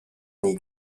nie